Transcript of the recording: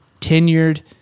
tenured